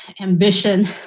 ambition